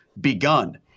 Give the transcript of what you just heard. begun